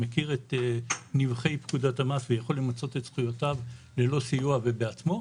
מכיר את נבכי פקודת המס ויכול למצות את זכויותיו ללא סיוע ובעצמו,